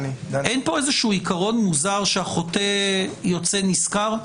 אין פה עיקרון מוזר, שהחוטא יוצא נשכר?